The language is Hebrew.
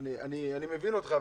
אני מבין אותך,